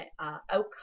Outcome